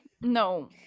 No